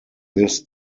this